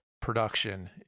production